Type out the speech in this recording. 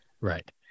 Right